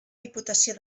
diputació